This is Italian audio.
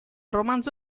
romanzo